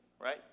right